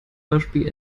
beispiel